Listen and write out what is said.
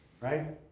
right